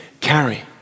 carry